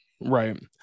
Right